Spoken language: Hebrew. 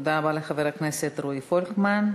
תודה רבה לחבר הכנסת רועי פולקמן.